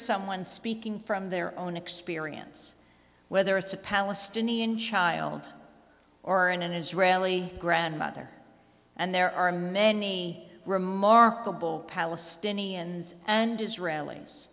someone speaking from their own experience whether it's a palestinian child or an israeli grandmother and there are many remarkable palestinians and israelis